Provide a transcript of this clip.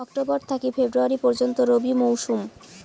October থাকি February পর্যন্ত রবি মৌসুম